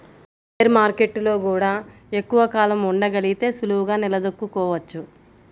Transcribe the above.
bear మార్కెట్టులో గూడా ఎక్కువ కాలం ఉండగలిగితే సులువుగా నిలదొక్కుకోవచ్చు